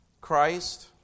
Christ